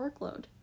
workload